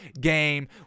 game